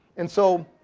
and so,